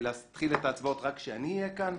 להתחיל את ההצבעות רק כשאני אהיה כאן.